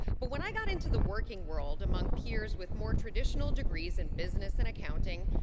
but when i got into the working world among peers with more traditional degrees in business and accounting,